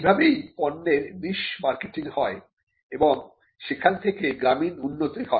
এভাবেই পণ্যের niche marketing হয় এবং সেখান থেকে গ্রামীণ উন্নতি হয়